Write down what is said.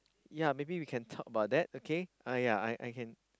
yea maybe we can talk about that okay uh yea I I can